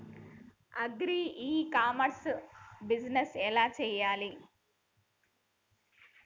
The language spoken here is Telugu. అగ్రి ఇ కామర్స్ బిజినెస్ ఎలా చెయ్యాలి?